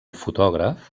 fotògraf